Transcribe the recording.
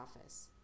office